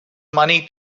money